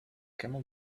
camel